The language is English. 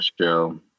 show